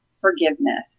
forgiveness